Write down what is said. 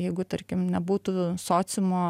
jeigu tarkim nebūtų sociumo